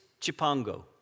Chipango